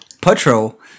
patrol